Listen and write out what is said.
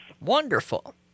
Wonderful